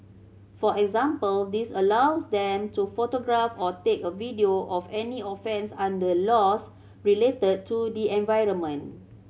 for example this allows them to photograph or take a video of any offence under laws related to the environment